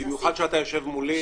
במיוחד כשאתה יושב מולי.